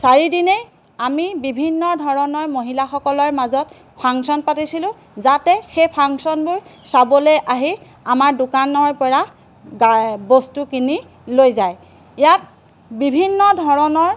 চাৰিদিনেই আমি বিভিন্ন ধৰণৰ মহিলাসকলৰ মাজত ফাংচন পাতিছিলোঁ যাতে সেই ফাংচনবোৰ চাবলৈ আহি আমাৰ দোকানৰপৰা বস্তু কিনি লৈ যায় ইয়াত বিভিন্ন ধৰণৰ